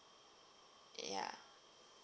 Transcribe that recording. ya